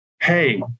hey